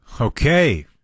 Okay